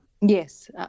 Yes